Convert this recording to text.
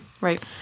Right